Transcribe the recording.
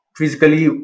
physically